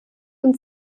und